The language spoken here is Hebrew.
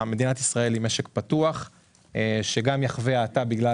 מדינת ישראל היא משק פתוח שיחווה האטה בגלל